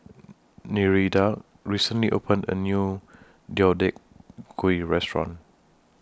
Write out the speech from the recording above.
Nereida recently opened A New Deodeok Gui Restaurant